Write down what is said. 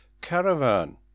Caravan